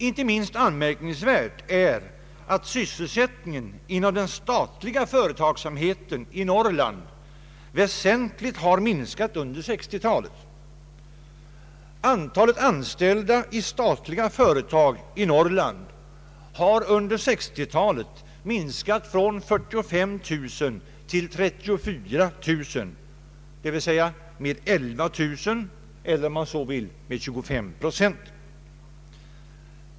Inte minst anmärkningsvärt är att sysselsättningen inom den statliga företagsamheten i Norrland väsentligt har minskat under 1960-talet. Antalet anställda i statliga företag i Norrland har under nämnda tid minskat från 45 000 till 34 000, d.v.s. med 11 000, eller om man så vill med 25 procent.